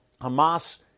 Hamas